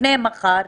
לפני מחר,